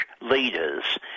leaders